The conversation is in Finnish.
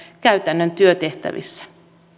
käytännön työtehtävissä